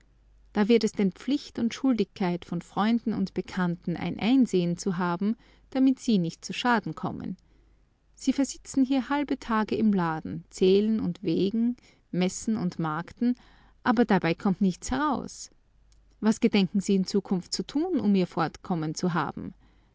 da wird es denn pflicht und schuldigkeit von freunden und bekannten ein einsehen zu haben damit sie nicht zu schaden kommen sie versitzen hier halbe tage im laden zählen und wägen messen und markten aber dabei kommt nichts heraus was gedenken sie in zukunft zu tun um ihr fortkommen zu haben